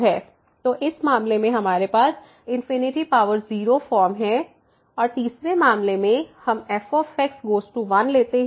तो इस मामले में हमारे पास 0 फॉर्म है और तीसरे मामले में हम fगोज़ टू 1 लेते हैं